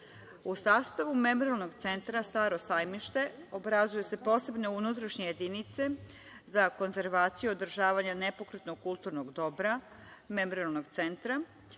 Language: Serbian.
sastavu Memorijalnog centra "Staro sajmište" obrazuju se posebne unutrašnje jedince za konzervaciju održavanja nepokretnog kulturnog dobra Memorijalnog centra,